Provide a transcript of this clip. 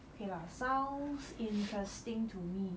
okay lah sounds interesting to me